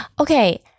okay